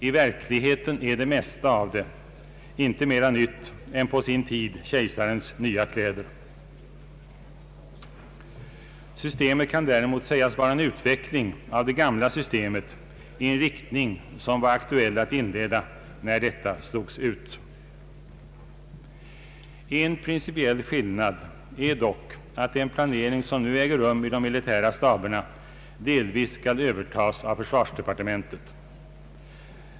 I verkligheten är det mesta av det inte mera nytt än på sin tid kejsarens nya kläder. Det kan däremot sägas vara en utveckling av det gamla systemet i en riktning som var aktuell att inleda när detta slogs ut. En principiell skillnad är dock att den planering som nu äger rum i de militära staberna delvis skall övertas av försvarsdepartementet.